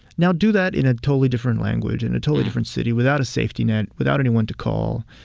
now do that in a totally different language, in a totally different city, without a safety net, without anyone to call.